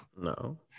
no